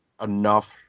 enough